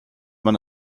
man